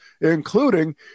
including